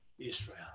Israel